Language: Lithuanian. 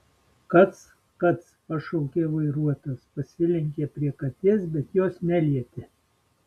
kac kac pašaukė vairuotojas pasilenkė prie katės bet jos nelietė